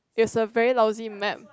is a very lousy map